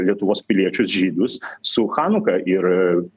lietuvos piliečius žydus su chanuka ir